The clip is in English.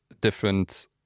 different